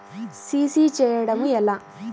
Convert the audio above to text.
CC చేయడము ఎలా?